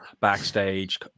backstage